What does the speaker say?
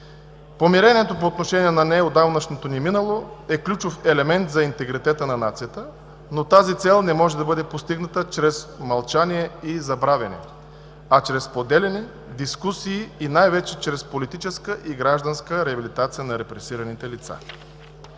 Помирението по отношение на неотдавнашното ни минало е ключов елемент за интегритета на нацията, но тази цел не може да бъде постигната чрез мълчание и забравяне, а чрез споделяне, дискусии и най-вече – чрез политическа и гражданска реабилитация на репресираните лица.